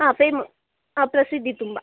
ಹಾಂ ಪೇಮ್ ಹಾಂ ಪ್ರಸಿದ್ಧಿ ತುಂಬ